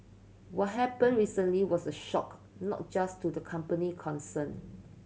what happened recently was a shock not just to the company concerned